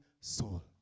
soul